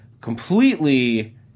completely